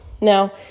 Now